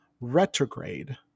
retrograde